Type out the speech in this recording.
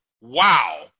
wow